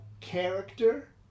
character